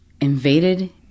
invaded